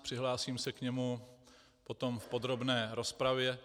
Přihlásím se k němu potom v podrobné rozpravě.